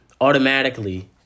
automatically